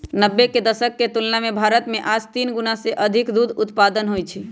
नब्बे के दशक के तुलना में भारत में आज तीन गुणा से अधिक दूध उत्पादन होते हई